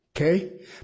Okay